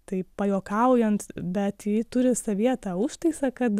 taip pajuokaujant bet ji turi savyje tą užtaisą kad